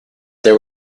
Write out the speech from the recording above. there